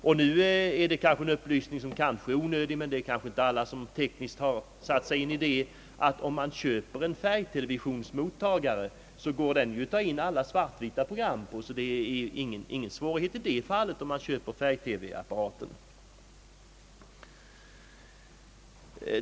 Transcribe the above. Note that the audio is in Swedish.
Sedan är det en upplysning som måhända är onödig, men alla har kanske inte satt sig in i att om man köper en färgtelevisionsmottagare, kan man också ta in alla svart-vita program på den. Det blir då ingen svårighet om man köper färg-TV-apparaten.